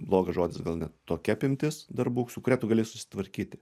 blogas žodis gal ne tokia apimtis darbų su kuria tu gali susitvarkyti